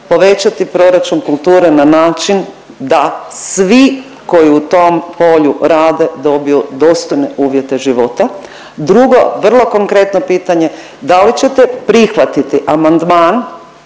povećati proračun kulture na način da svi koji u tom polju rade dobiju dostojne uvjete života? Drugo vrlo konkretno pitanje, da li ćete prihvatiti amandman